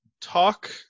talk